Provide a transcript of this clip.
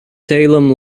salem